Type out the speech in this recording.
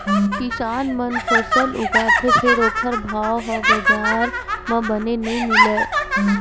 किसान मन फसल उगाथे फेर ओखर भाव ह बजार म बने नइ मिलय